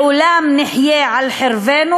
לעולם נחיה על חרבנו.